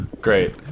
Great